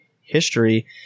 history